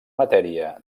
matèria